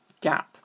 gap